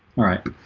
alright